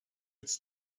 its